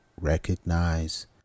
recognize